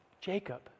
Jacob